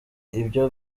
ibyo